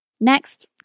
Next